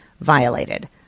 violated